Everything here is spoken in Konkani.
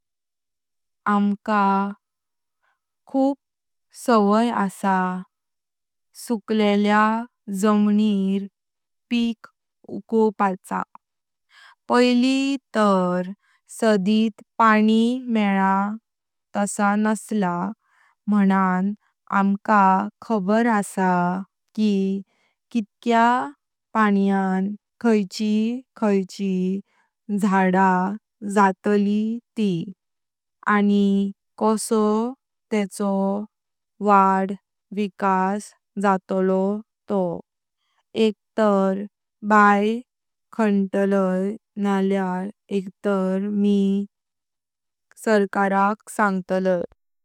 आमका खूप सवाय आसां सुक्लेल्या जामनीर पिक उजवपाचें। पहिली तार सादीत पाणी मेला तसा नसला मानान आमका खबर आसां की कितक्यां पाण्यान खायची खायची झाडां जातातली ती आणी कासो तेंचो वाध विकास जातालो तो। एक तार बाय खांडतलाय नाळ्यार एक तार मिं सरकाराक सांगीतलायी।